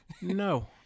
No